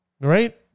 Right